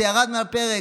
זה ירד מהפרק.